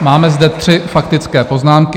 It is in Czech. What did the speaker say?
Máme zde tři faktické poznámky.